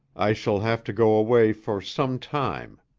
i shall have to go away for some time.